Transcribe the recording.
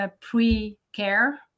pre-care